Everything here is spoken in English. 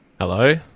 Hello